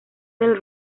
del